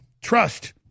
trust